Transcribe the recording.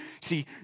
See